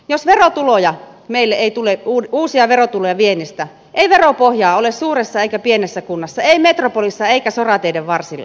jos uusia verotuloja meille ei tule viennistä ei veropohjaa ole suuressa eikä pienessä kunnassa ei metropolissa eikä sorateiden varsilla